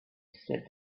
said